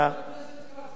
חבר הכנסת כץ,